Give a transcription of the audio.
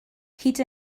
hyd